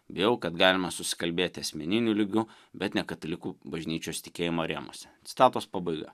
bijau kad galima susikalbėt asmeniniu lygiu bet ne katalikų bažnyčios tikėjimo rėmuose citatos pabaiga